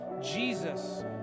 Jesus